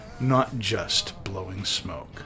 notjustblowingsmoke